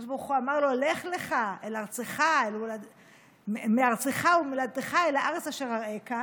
הקדוש ברוך הוא אמר לו: "לך לך מארצך וממולדתך אל הארץ אשר אראך",